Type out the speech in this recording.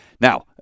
Now